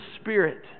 Spirit